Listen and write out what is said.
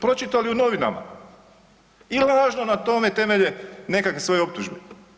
Pročitali u novinama i lažno na tome temelje nekakve svoje optužbe.